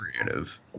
creative